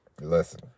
listen